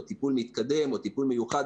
או טיפול מתקדם או טיפול מיוחד,